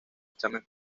examen